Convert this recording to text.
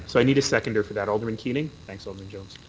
so i need a seconder for that. alderman keating? thanks, alderman jones.